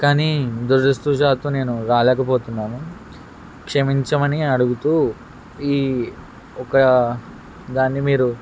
కానీ దురదుష్టవశాత్తు నేను రాలేకపోతున్నాను క్షమించమని అడుగుతూ ఈ ఒకదాన్ని మీరు